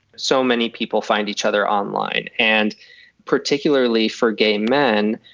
so many people find each other online and particularly for gay men.